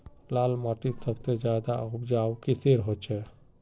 लाल माटित सबसे ज्यादा उपजाऊ किसेर होचए?